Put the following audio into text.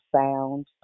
sound